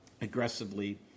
aggressively